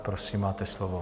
Prosím, máte slovo.